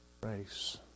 grace